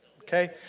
Okay